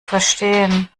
verstehen